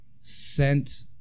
sent